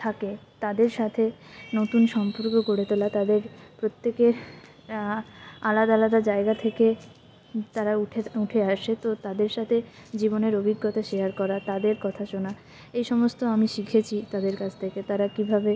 থাকে তাদের সাথে নতুন সম্পর্ক গড়ে তোলা তাদের প্রত্যেকের আলাদা আলাদা জায়গা থেকে তারা উঠে উঠে আসে তো তাদের সাথে জীবনের অভিজ্ঞতা শেয়ার করা তাদের কথা শোনা এ সমস্ত আমি শিখেছি তাদের কাছ থেকে তারা কীভাবে